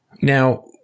Now